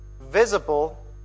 visible